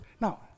now